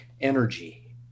energy